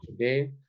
today